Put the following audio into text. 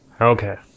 okay